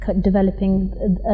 developing